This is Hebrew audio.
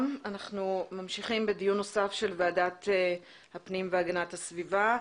אני פותחת את ישיבת ועדת הפנים והגנת והסביבה.